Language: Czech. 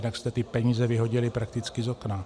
Jinak jste ty peníze vyhodili prakticky z okna.